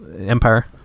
Empire